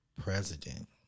president